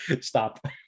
stop